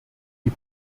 die